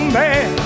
man